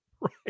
Right